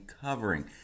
covering